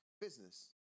Business